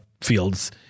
fields